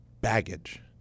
baggage